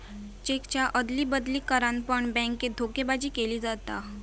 चेकच्या अदली बदली करान पण बॅन्केत धोकेबाजी केली जाता